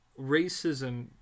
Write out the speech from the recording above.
racism